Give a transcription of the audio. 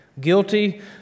guilty